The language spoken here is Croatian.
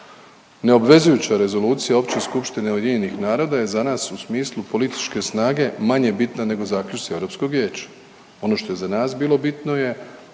Neobvezujuća rezolucija opće skupštine UN-a je za nas u smislu političke snage, manje bitna nego zaključci Europskog vijeća. Ono što je za nas bilo bitno je